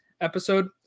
episode